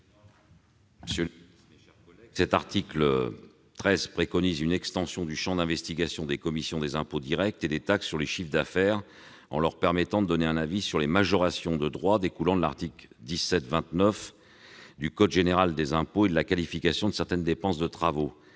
: La parole est à M. Pascal Savoldelli. Cet article prévoit une extension du champ d'investigation des commissions des impôts directs et des taxes sur le chiffre d'affaires, en leur permettant de donner un avis sur les majorations de droits découlant de l'article 1729 du code général des impôts et de la qualification de certaines dépenses de travaux.